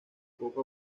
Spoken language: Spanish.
poco